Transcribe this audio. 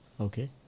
Okay